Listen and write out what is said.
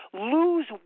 Lose